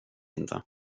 inte